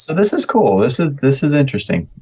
this is cool, this is this is interesting.